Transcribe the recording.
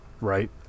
right